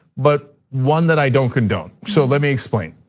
but one that i don't condone, so let me explain.